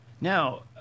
Now